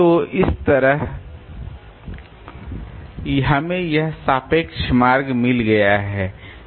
तो इस तरह हमें यह सापेक्ष मार्ग भी मिल गया है